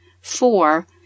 Four